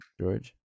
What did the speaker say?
George